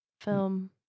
Film